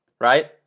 Right